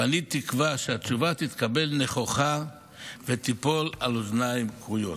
ואני תקווה שהתשובה תתקבל נכוחה ותיפול על אוזניים כרויות.